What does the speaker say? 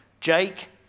Jake